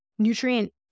nutrient